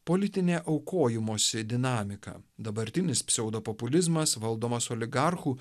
politinė aukojimosi dinamika dabartinis pseudo populizmas valdomas oligarchų